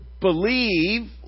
believe